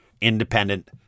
Independent